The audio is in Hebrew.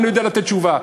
אני יודע לתת תשובה.